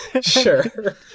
Sure